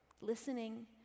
Listening